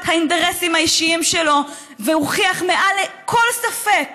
האינטרסים האישיים שלו והוכיח מעל לכל ספק